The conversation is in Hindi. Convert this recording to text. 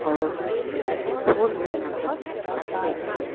और फूल भी बनाते हैं अच्छे अच्छे